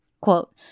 Quote